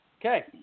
Okay